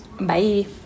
bye